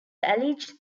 alleged